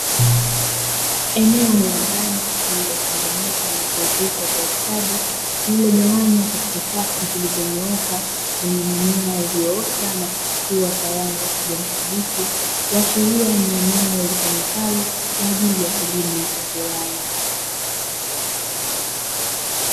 Eneo la ndani lililotengenezwa na kuezekwa kwa ustadi lililogawanywa katika safu zilizonyooka lenye mimea iliyoota na kuchipua kwa rangi ya kijani kibichi , kuashiria ni eneo litumikalo kwa ajili ya kilimo cha viwanda.